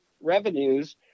revenues